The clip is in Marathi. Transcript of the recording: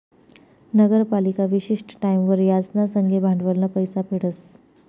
नगरपालिका विशिष्ट टाईमवर याज ना संगे भांडवलनं पैसा फेडस